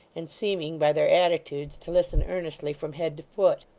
and seeming, by their attitudes, to listen earnestly from head to foot.